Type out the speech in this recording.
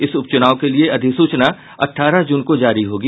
इस उपचुनाव के लिए अधिसूचना अठारह जून को जारी होगी